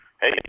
hey